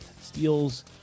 steals